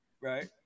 Right